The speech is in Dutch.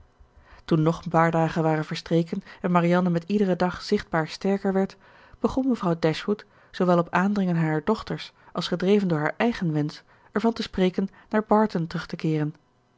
toen nog een paar dagen waren verstreken en marianne met iederen dag zichtbaar sterker werd begon mevrouw dashwood zoowel op aandringen harer dochters als gedreven door haar eigen wensch ervan te spreken naar barton terug te keeren